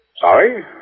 Sorry